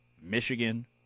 Michigan